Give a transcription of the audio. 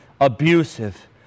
abusive